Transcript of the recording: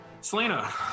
Selena